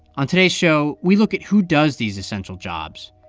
on today's show, we look at who does these essential jobs,